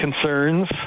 concerns